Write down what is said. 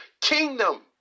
kingdom